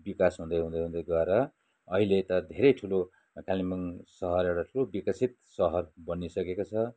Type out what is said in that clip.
विकास हुँदै हुँदै हुँदै गएर अहिले त धेरै ठुलो कालिम्पोङ सहर एउटा ठुलो विकसित सहर बनिसकेको छ